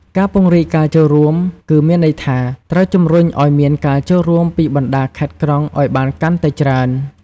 ការពង្រីកការចូលរួមគឺ មានន័យថាត្រូវជំរុញឲ្យមានការចូលរួមពីបណ្តាខេត្តក្រុងឲ្យបានកាន់តែច្រើន។